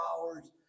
hours